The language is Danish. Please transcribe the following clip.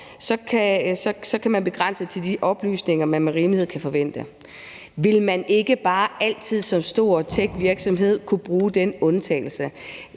kan man begrænse det til de oplysninger, man med rimelighed kan forvente. Vil man ikke bare altid som stor techvirksomhed kunne bruge den undtagelse?